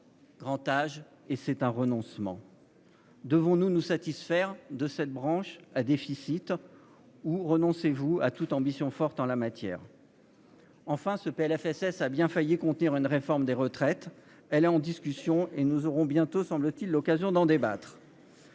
grand âge. C'est un renoncement. Devons-nous nous satisfaire de cette branche à déficit ? Le Gouvernement renonce-t-il à toute ambition forte en la matière ? Enfin, ce PLFSS a bien failli contenir une réforme des retraites. Celle-ci est en discussion et nous aurons bientôt, semble-t-il, l'occasion d'en débattre.